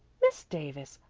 miss davis,